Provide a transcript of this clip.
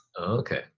Okay